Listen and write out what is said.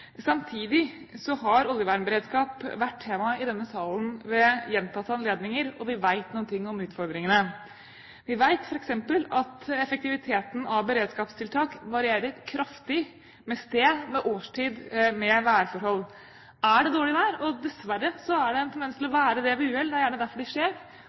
Samtidig har oljevernberedskap vært tema i denne salen ved gjentatte anledninger, og vi vet noen ting om utfordringene. Vi vet f.eks. at effektiviteten av beredskapstiltak varierer kraftig med sted, med årstid, med værforhold. Er det dårlig vær – og dessverre har det en tendens til å være det ved uhell, det er gjerne derfor de